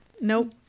Nope